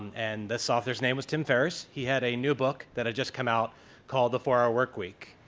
and this author's name was tim ferriss. he had a new book that had just come out called the four hour workweek.